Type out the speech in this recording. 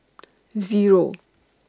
Zero